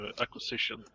Acquisition